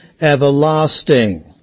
everlasting